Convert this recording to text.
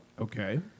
Okay